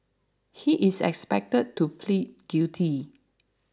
he is expected to plead guilty